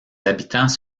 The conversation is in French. habitants